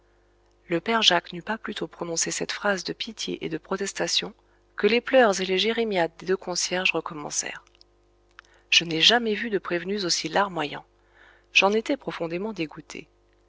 le père jacques n'eut pas plutôt prononcé cette phrase de pitié et de protestation que les pleurs et les jérémiades des deux concierges recommencèrent je n'ai jamais vu de prévenus aussi larmoyants j'en étais profondément dégoûté